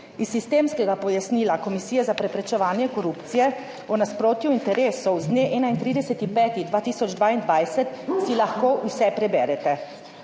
Iz sistemskega pojasnila Komisije za preprečevanje korupcije o nasprotju interesov z dne 31. 5. 2022 si lahko vse preberete.